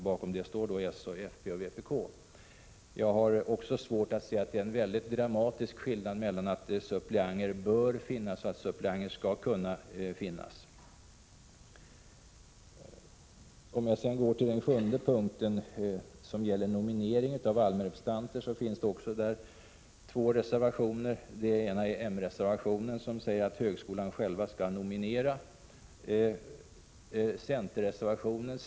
Bakom det yrkandet står s, fp och vpk. Jag har svårt att se att det är någon dramatisk skillnad mellan yrkandet att det bör finnas suppleanter och yrkandet att suppleanter skall kunna utses. Punkt 7 gäller nominering av allmänrepresentanter. Även där finns det två reservationer. I den moderata reservationen yrkas att högskolan själv skall nominera företrädarna för allmänna intressen.